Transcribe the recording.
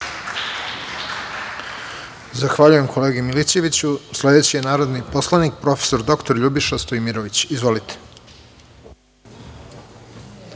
Zahvaljujem kolegi Milićeviću. Sledeći je narodni poslanik prof. dr Ljubiša Stojmirović. Izvolite.